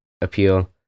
appeal